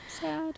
Sad